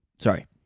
Sorry